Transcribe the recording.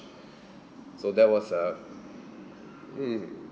so there was a mm